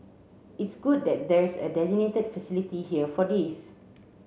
it's good that there's a designated facility here for this